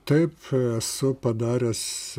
taip esu padaręs